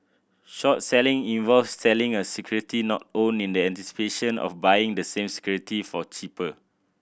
short selling involves selling a security not owned in the anticipation of buying the same security for cheaper